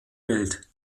welt